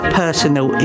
personal